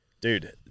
dude